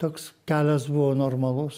toks kelias buvo normalus